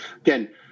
again